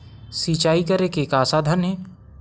सिंचाई करे के का साधन हे?